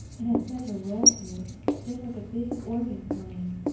it has such a roll to it just like a big organ playing.